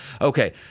Okay